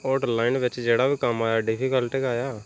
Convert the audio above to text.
hotel line बिच्च जेह्ड़ा बी कम्म आया डिफिकल्ट गै आया